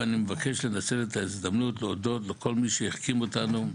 ואני מבקש לנצל את ההזדמנות להודות לכל מי שהחכים אותנו,